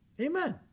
Amen